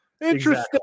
Interesting